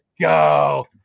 go